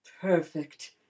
Perfect